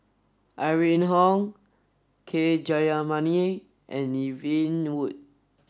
Irene Khong K Jayamani and Yvonne Ng Uhde